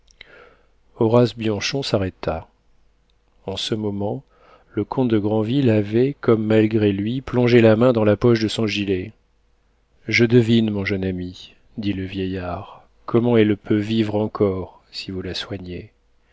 horace bianchon s'arrêta en ce moment le comte de granville avait comme malgré lui plongé la main dans la poche de son gilet je devine mon jeune ami dit le vieillard comment elle peut vivre encore si vous la